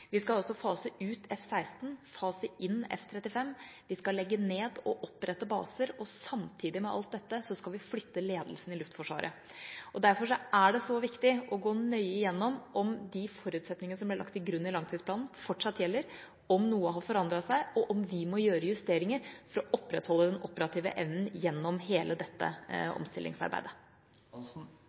Vi skal fase ut F-16, fase inn F-35, legge ned baser og opprette baser. Samtidig med alt dette skal vi flytte ledelsen i Luftforsvaret. Derfor er det så viktig å gå nøye gjennom hvorvidt de forutsetninger som ble lagt til grunn i langtidsplanen, fortsatt gjelder, om noe har forandret seg, og om vi må gjøre justeringer for å opprettholde den operative evnen gjennom hele dette omstillingsarbeidet.